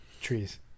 trees